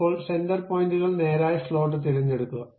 ഇപ്പോൾ സെന്റർ പോയിന്റുകൾ നേരായ സ്ലോട്ട് തിരഞ്ഞെടുക്കുക